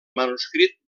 manuscrit